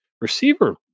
receiver